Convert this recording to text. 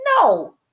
No